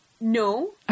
No